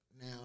now